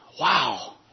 Wow